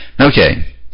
Okay